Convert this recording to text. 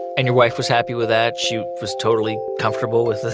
and your wife was happy with that? she was totally comfortable with.